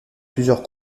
plusieurs